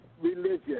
religion